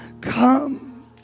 Come